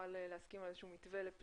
נוכל להסכים על איזה שהוא מתווה לפנייה